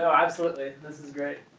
absolutely, this is great.